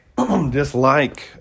Dislike